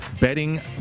betting